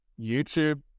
YouTube